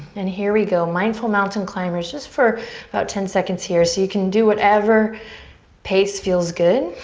and here we go. mindful mountain climbers just for about ten seconds here. so you can do whatever pace feels good.